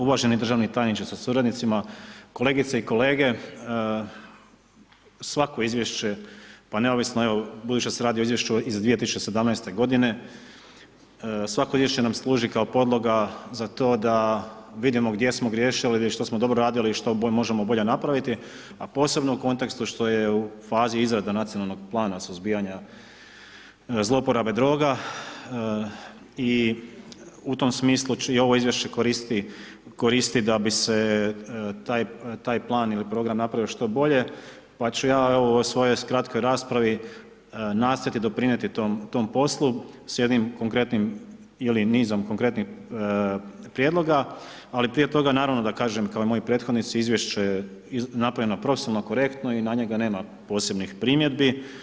Uvaženi državni tajniče sa suradnicima, kolegice i kolege, svako izvješće, pa neovisno, evo, budući da se radi o Izvješću iz 2017.g., svako izvješće nam služi kao podloga za to da vidimo gdje smo griješili, gdje, što smo dobro radili i što možemo bolje napraviti, a posebno u kontekstu što je u fazi izrada Nacionalnog plana suzbijanja zlouporabe droga i u tom smislu i ovo izvješće koristi da bi se taj plan ili program napravio što bolje, pa ću ja, evo, u ovoj svojoj kratkoj raspravi, nastojati doprinijeti tom poslu s jednim konkretnim ili nizom konkretnih prijedloga, ali prije toga, naravno, da kažem kao i moji prethodnici, izvješće je napravljeno profesionalno, korektno i na njega nema posebnih primjedbi.